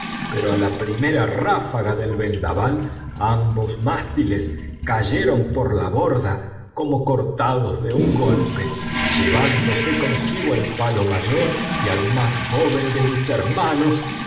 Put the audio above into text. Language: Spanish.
pero a la primera ráfaga del vendaval ambos mástiles cayeron por la borda como cortados de un golpe llevándose consigo el palo mayor y al más joven de mis hermanos